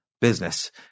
business